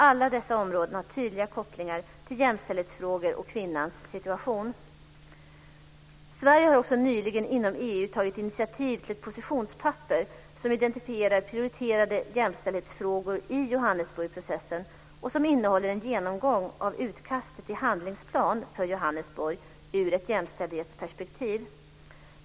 Alla dessa områden har tydliga kopplingar till jämställdhetsfrågor och kvinnans situation. Sverige har också nyligen inom EU tagit initiativ till ett positionspapper som identifierar prioriterade jämställdhetsfrågor i Johannesburgs-processen och som innehåller en genomgång av utkastet till handlingsplan för Johannesburgs-mötet ur ett jämställdhetsperspektiv.